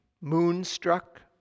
Moonstruck